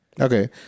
Okay